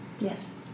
Yes